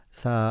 sa